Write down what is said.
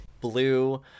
blue